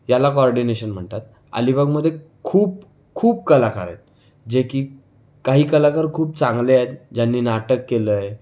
याला कोऑर्डिनेशन म्हणतात अलिबागमध्ये खूप खूप कलाकार आहेत जे की काही कलाकार खूप चांगले आहेत ज्यांनी नाटक केलंय